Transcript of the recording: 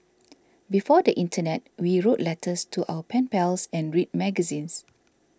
before the internet we wrote letters to our pen pals and read magazines